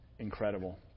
Incredible